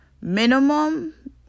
minimum